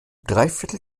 dreiviertel